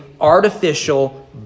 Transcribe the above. artificial